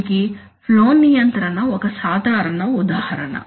దీనికి ఫ్లో నియంత్రణ ఒక సాధారణ ఉదాహరణ